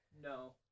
No